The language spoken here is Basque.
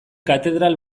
katedral